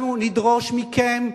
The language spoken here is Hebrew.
אנחנו נדרוש מכם,